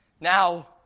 Now